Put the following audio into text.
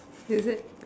is it